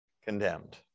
condemned